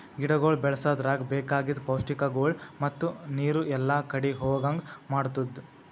ಗಿಡಗೊಳ್ ಬೆಳಸದ್ರಾಗ್ ಬೇಕಾಗಿದ್ ಪೌಷ್ಟಿಕಗೊಳ್ ಮತ್ತ ನೀರು ಎಲ್ಲಾ ಕಡಿ ಹೋಗಂಗ್ ಮಾಡತ್ತುದ್